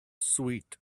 sweet